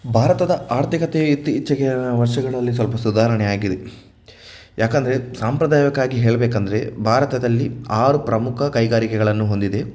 ಭಾರತದ ಆರ್ಥಿಕತೆ ಇತ್ತೀಚೆಗಿನ ವರ್ಷಗಳಲ್ಲಿ ಸ್ವಲ್ಪ ಸುಧಾರಣೆಯಾಗಿದೆ ಯಾಕೆಂದರೆ ಸಾಂಪ್ರದಾಯಿಕವಾಗಿ ಹೇಳಬೇಕೆಂದರೆ ಭಾರತದಲ್ಲಿ ಆರು ಪ್ರಮುಖ ಕೈಗಾರಿಕೆಗಳನ್ನು ಹೊಂದಿದೆ